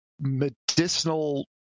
medicinal